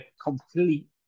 complete